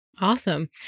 Awesome